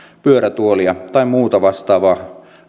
pyörätuolia tai muuta vastaavaa